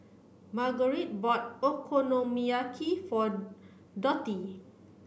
Margurite bought Okonomiyaki for Dottie